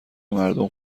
مردم